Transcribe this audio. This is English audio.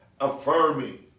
affirming